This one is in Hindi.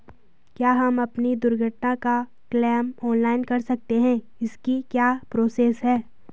क्या हम अपनी दुर्घटना का क्लेम ऑनलाइन कर सकते हैं इसकी क्या प्रोसेस है?